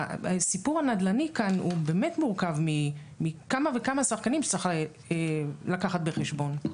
הסיפור הנדל"ני כאן באמת מורכב מכמה וכמה שחקנים שצריך לקחת בחשבון.